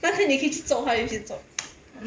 那个你可以去揍他